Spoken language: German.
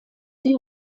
die